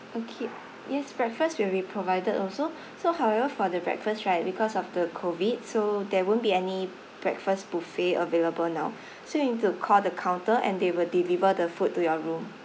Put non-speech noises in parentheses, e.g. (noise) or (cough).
okay yes breakfast will be provided also (breath) so however for the breakfast right because of the COVID so there won't be any breakfast buffet available now (breath) so you need to call the counter and they will deliver the food to your room